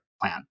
plan